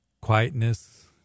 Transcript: quietness